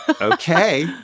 Okay